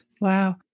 wow